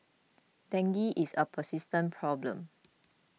dengue is a persistent problem